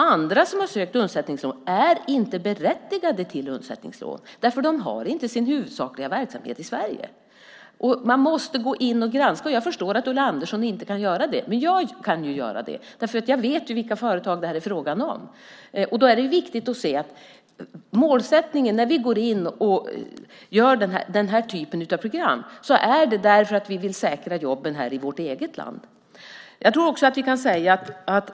Andra som har sökt undsättningslån är inte berättigade till undsättningslån därför att de inte har sin huvudsakliga verksamhet i Sverige. Jag förstår att Ulla Andersson inte kan gå in och granska detta, men jag kan göra det. Jag vet vilka företag det är fråga om. Vi gör den här typen av program därför att vi vill säkra jobben här i vårt eget land.